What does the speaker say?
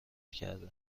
کرده